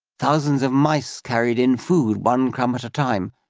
thousands of mice carried in food, one crumb at a time,